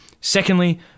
Secondly